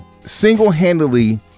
single-handedly